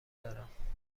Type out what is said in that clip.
دارم